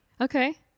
Okay